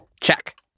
Check